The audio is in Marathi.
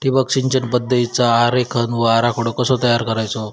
ठिबक सिंचन पद्धतीचा आरेखन व आराखडो कसो तयार करायचो?